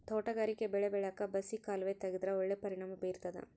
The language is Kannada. ತೋಟಗಾರಿಕಾ ಬೆಳೆ ಬೆಳ್ಯಾಕ್ ಬಸಿ ಕಾಲುವೆ ತೆಗೆದ್ರ ಒಳ್ಳೆ ಪರಿಣಾಮ ಬೀರ್ತಾದ